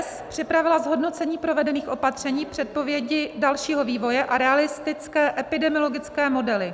s) připravila zhodnocení provedených opatření, předpovědi dalšího vývoje a realistické epidemiologické modely.